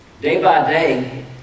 Day-by-day